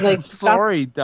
Sorry